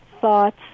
thoughts